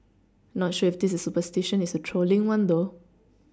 not sure if this superstition is a trolling one though